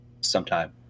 sometime